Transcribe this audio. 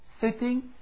sitting